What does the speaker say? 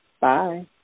Bye